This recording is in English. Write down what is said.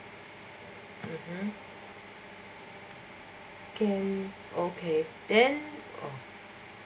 mmhmm okay okay then